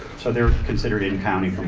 so they're considered in county